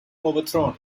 overthrown